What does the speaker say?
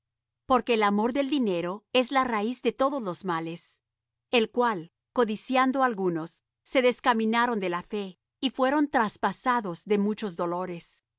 porque el amor del dinero es la raíz de todos los males el cual codiciando algunos se descaminaron de la fe y fueron traspasados de muchos dolores